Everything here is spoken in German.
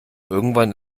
irgendwann